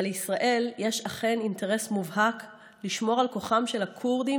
אבל לישראל יש אכן אינטרס מובהק לשמור על כוחם של הכורדים